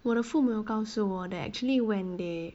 我的父母有告诉我 that actually when they